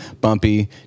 bumpy